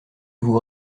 vous